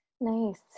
Nice